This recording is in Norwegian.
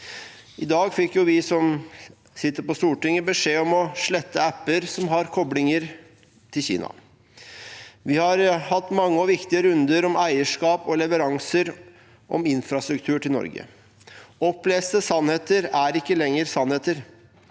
I dag fikk vi som sitter på Stortinget, beskjed om å slette apper som har koblinger til Kina. Vi har hatt mange og viktige runder om eierskap og leveranser av infrastruktur til Norge. Oppleste sannheter er ikke lenger sannheter.